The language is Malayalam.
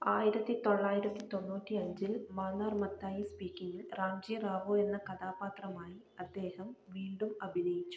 ആയിരത്തിത്തൊള്ളായിരത്തിതൊണ്ണൂറ്റിയഞ്ചിൽ മാന്നാർ മത്തായി സ്പീക്കിംഗിൽ റാംജി റാവു എന്ന കഥാപാത്രമായി അദ്ദേഹം വീണ്ടും അഭിനയിച്ചു